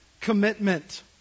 Commitment